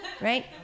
right